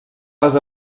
les